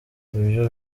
ibyo